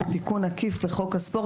ותיקון עקיף בחוק הספורט.